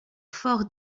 fort